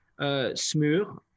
Smur